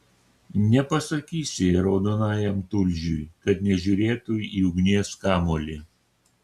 nepasakysi raudonajam tulžiui kad nežiūrėtų į ugnies kamuolį